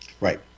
Right